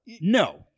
no